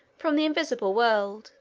from the invisible world,